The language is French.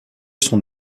son